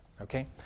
Okay